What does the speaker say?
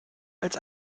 als